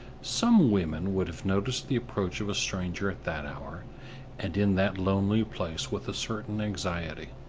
some women would have noticed the approach of a stranger at that hour and in that lonely place with a certain anxiety.